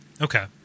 Okay